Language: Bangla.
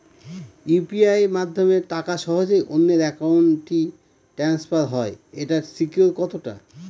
ইউ.পি.আই মাধ্যমে টাকা সহজেই অন্যের অ্যাকাউন্ট ই ট্রান্সফার হয় এইটার সিকিউর কত টা?